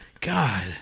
God